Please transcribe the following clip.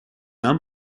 нам